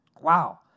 Wow